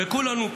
וכולנו,